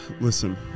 listen